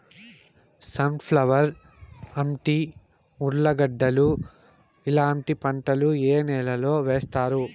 Sun flower, అంటి, ఉర్లగడ్డలు ఇలాంటి పంటలు ఏ నెలలో వేస్తారు?